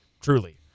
truly